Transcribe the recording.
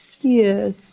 Yes